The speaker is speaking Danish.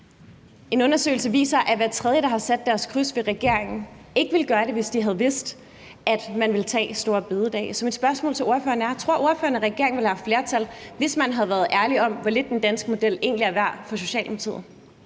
En undersøgelse viser, at hver tredje, der har sat deres kryds ved regeringspartierne, ikke ville have gjort det, hvis de havde vidst, at man ville tage store bededag. Så mit spørgsmål til ordføreren er: Tror ordføreren, at regeringen ville have haft flertal, hvis man havde været ærlig om, hvor lidt den danske model egentlig er værd for Socialdemokratiet?